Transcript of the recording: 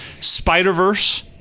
Spider-Verse